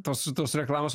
tos tos reklamos